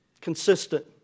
Consistent